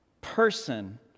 person